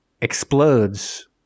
explodes